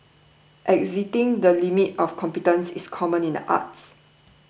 exceeding the limits of competence is common in the arts